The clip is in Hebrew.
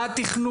מה התכנון.